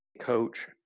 coach